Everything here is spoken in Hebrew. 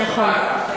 נכון.